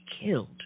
killed